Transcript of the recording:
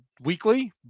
weekly